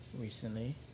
recently